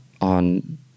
on